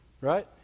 Right